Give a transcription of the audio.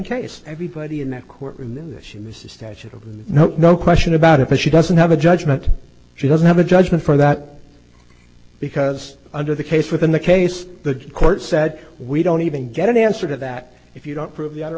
case everybody in that courtroom in this she misses statute of no no question about it but she doesn't have a judgment she doesn't have a judgment for that because under the case within the case the court said we don't even get an answer to that if you don't prove